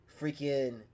freaking